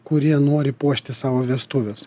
kurie nori puošti savo vestuves